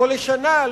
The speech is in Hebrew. לא לשנה,